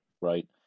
right